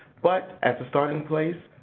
but at the starting place,